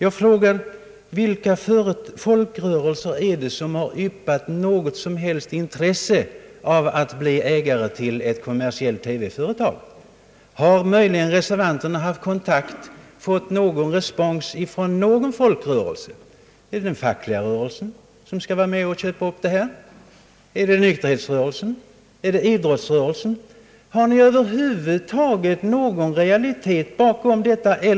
Då frågar jag: Vilka folkrörelser är det som har yppat något som helst intresse av att bli ägare till ett kommersiellt TV-företag? Har möjligen reservanterna fått någon respons från någon folkrörelse? Är det den fackliga rörelsen som vill vara med och köpa upp detta? är det nykterhetsrörelsen? Är det idrottsrörelsen? Har ni över huvud taget någon realitet bakom detta tal?